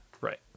Right